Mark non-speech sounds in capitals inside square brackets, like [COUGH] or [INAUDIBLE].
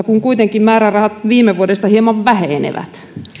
[UNINTELLIGIBLE] kun kuitenkin määrärahat viime vuodesta hieman vähenevät